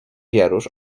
wierusz